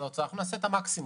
אנחנו נעשה את המקסימום.